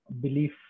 belief